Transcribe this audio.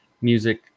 music